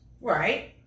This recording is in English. Right